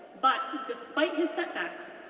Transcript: but, despite his setbacks,